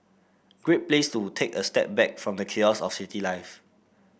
great place to take a step back from the chaos of city life